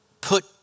put